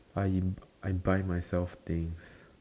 I I buy myself things